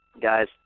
Guys